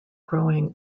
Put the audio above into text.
growing